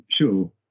sure